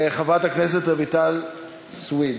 חברת הכנסת רויטל סויד,